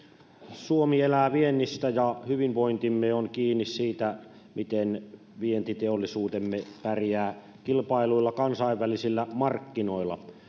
suomi elää viennistä ja hyvinvointimme on kiinni siitä miten vientiteollisuutemme pärjää kilpailluilla kansainvälisillä markkinoilla